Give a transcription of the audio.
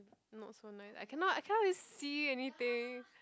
not so nice I cannot I cannot really see anything